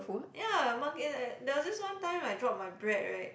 ya monkey that there was this one time I drop my bread right